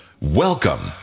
Welcome